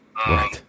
Right